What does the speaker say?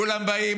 כולם באים,